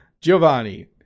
Giovanni